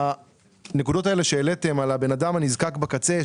הנקודות שהעליתם על בן האדם הנזקק בקצה,